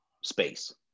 space